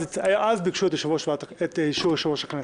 אז ביקשו את אישור יושב-ראש הכנסת,